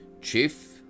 Chief